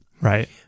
Right